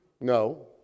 No